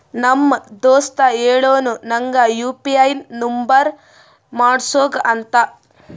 ನಮ್ ದೋಸ್ತ ಹೇಳುನು ನಂಗ್ ಯು ಪಿ ಐ ನುಂಬರ್ ಮಾಡುಸ್ಗೊ ಅಂತ